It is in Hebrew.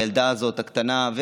הילדה הקטנה הזאת,